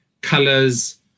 colors